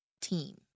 team